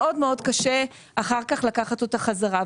מאוד מאוד קשה אחר כך לקחת אותה חזרה.